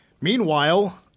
Meanwhile